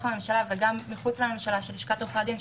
הממשלה וגם מחוץ לממשלה של לשכת עורכי הדין,